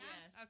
Yes